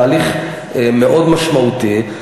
אנחנו בתהליך מאוד משמעותי,